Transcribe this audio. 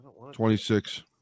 26